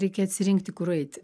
reikia atsirinkti kur eiti